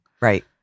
Right